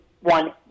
one